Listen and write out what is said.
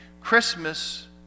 Christmas